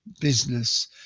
business